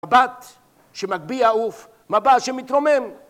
מבט שמגביה עוף, מבט שמתרומם